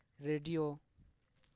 radio